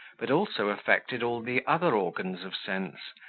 but also affected all the other organs of sense,